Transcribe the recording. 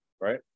right